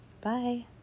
Bye